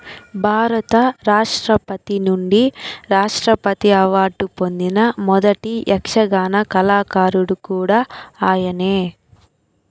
భారత రాష్ట్రపతి నుండి రాష్ట్రపతి అవార్డు పొందిన మొదటి యక్షగాన కళాకారుడు కూడా ఆయనే